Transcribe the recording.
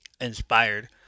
inspired